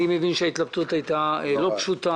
אני מודה לחברי הוועדה על שתמכו בי ועל האמון שנותנים בי.